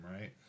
Right